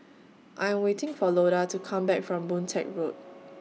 I'm waiting For Loda to Come Back from Boon Teck Road